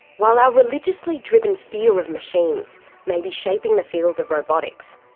while our religiously driven fear of machines may be shaping the fields of robotics,